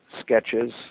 sketches